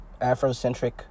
Afrocentric